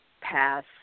pass